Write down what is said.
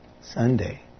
Sunday